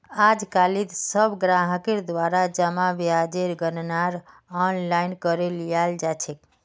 आजकालित सब ग्राहकेर द्वारा जमा ब्याजेर गणनार आनलाइन करे लियाल जा छेक